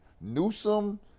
Newsom